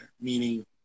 Meaning